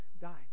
died